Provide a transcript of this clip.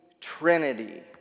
trinity